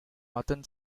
northern